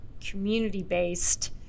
community-based